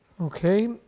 Okay